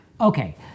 okay